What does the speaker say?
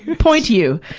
point to you!